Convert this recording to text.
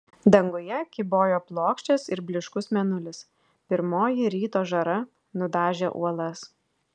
danguje kybojo plokščias ir blyškus mėnulis pirmoji ryto žara nudažė uolas